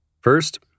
First